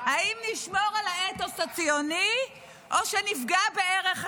האם נשמור על האתוס הציוני או שנפגע בערך השירות?